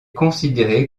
considéré